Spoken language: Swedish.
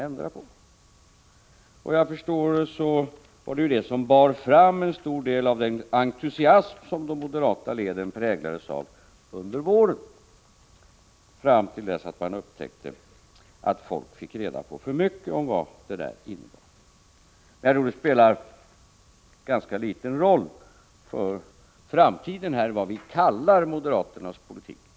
Såvitt jag förstår var det ju det som bar fram en stor del av den entusiasm som de moderata leden präglades av under våren fram till dess att man upptäckte att folk fick reda på för mycket om vad det där innebar. Däremot spelar det med tanke på framtiden en ganska liten roll vad vi kallar moderaternas politik.